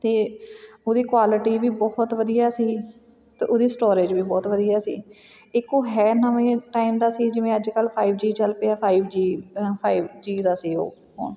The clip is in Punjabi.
ਅਤੇ ਉਹਦੀ ਕੁਆਲਿਟੀ ਵੀ ਬਹੁਤ ਵਧੀਆ ਸੀ ਅਤੇ ਉਹਦੀ ਸਟੋਰੇਜ ਵੀ ਬਹੁਤ ਵਧੀਆ ਸੀ ਇੱਕ ਉਹ ਹੈ ਨਵੇਂ ਟਾਈਮ ਦਾ ਸੀ ਜਿਵੇਂ ਅੱਜ ਕੱਲ੍ਹ ਫਾਈਵ ਜੀ ਚੱਲ ਪਿਆ ਫਾਈਵ ਜੀ ਫਾਈਵ ਜੀ ਦਾ ਸੀ ਉਹ ਫੋਨ